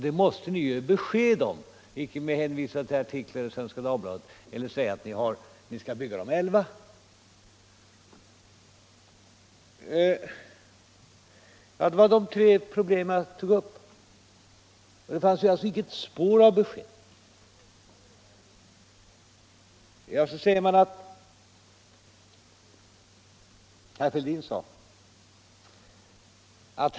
Det måste ni ge besked om och inte bara hänvisa till artiklar i Svenska Dagbladet eller säga att ni skall bygga de elva planerade kärnkraftverken. Det var de tre problem jag tog upp. Det fanns alltså icke ett spår av besked.